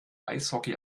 eishockey